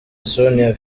sonia